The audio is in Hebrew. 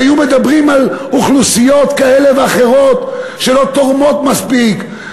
והיו מדברים על אוכלוסיות כאלה ואחרות שלא תורמות מספיק,